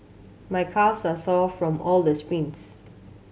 my calves are sore from all the sprints